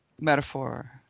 metaphor